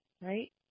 right